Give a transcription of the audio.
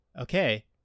okay